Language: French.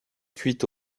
cuite